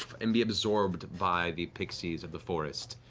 and be absorbed by the pixies of the forest.